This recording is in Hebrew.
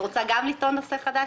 את רוצה גם לטעון נושא חדש?